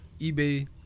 eBay